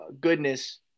goodness